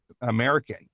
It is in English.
American